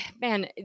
man